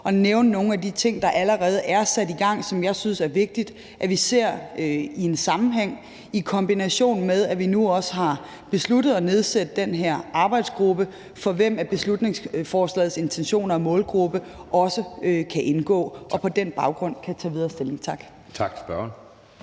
at nævne nogle af de ting, der allerede er sat i gang, som jeg synes er vigtigt at vi ser i en sammenhæng, i kombination med at vi nu også har besluttet at nedsætte den her arbejdsgruppe, hvor beslutningsforslagets intentioner og målgruppe også kan indgå, så de på den baggrund kan tage videre stilling. Tak.